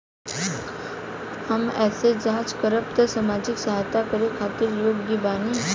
हम कइसे जांच करब की सामाजिक सहायता करे खातिर योग्य बानी?